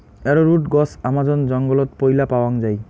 arrowroot গছ Amazon জঙ্গলত পৈলা পাওয়াং যাই